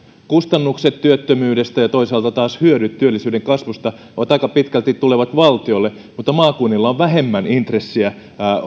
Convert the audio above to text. kustannukset työttömyydestä ja toisaalta taas hyödyt työllisyyden kasvusta aika pitkälti tulevat valtiolle mutta maakunnilla on vähemmän intressiä